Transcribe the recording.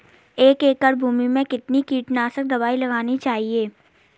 एक एकड़ भूमि में कितनी कीटनाशक दबाई लगानी चाहिए?